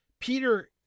Peter